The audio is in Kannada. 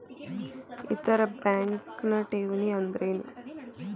ಇತರ ಬ್ಯಾಂಕ್ನ ಠೇವಣಿ ಅನ್ದರೇನು?